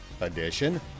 edition